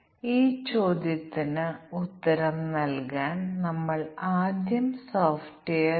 ഉദാഹരണത്തിന് ഇവ 4 3 7 3 10 ആണെന്ന് നമുക്ക് പറയാം